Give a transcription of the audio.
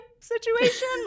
situation